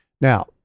now